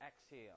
exhale